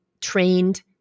trained